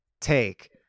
take